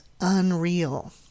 unreal